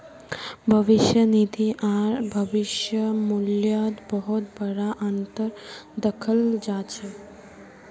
भविष्य निधि आर भविष्य मूल्यत बहुत बडा अनतर दखाल जा छ